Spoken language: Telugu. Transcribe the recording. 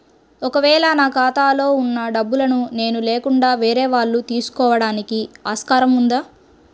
ఒక వేళ నా ఖాతాలో వున్న డబ్బులను నేను లేకుండా వేరే వాళ్ళు తీసుకోవడానికి ఆస్కారం ఉందా?